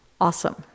awesome